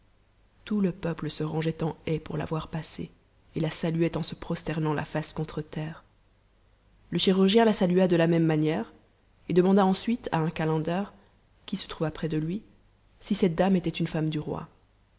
tout le peuple se rangeait en haie pour la voir passer et la saluait en se prosternant la face contre terre le chirurgien la salua de la même manière et demanda ensuite à un caiender qui se trouva près de lui si cette dame était une femme du roi